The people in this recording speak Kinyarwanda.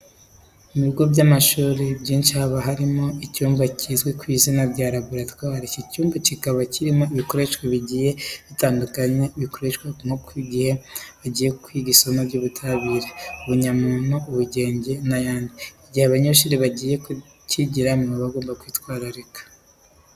Mu bigo by'amashuri byinshi haba harimo icyumba kizwi ku izina rya laboratwari. Iki cyumba kiba kirimo ibikoresho bigiye bitandukanye bikoreshwa nko mu gihe bari kwigisha isomo ry'ubutabire, ubumenyamuntu, ubugenge n'ayandi. Igihe abanyeshuri bagiye kwigiramo, baba bagomba kwitwararika.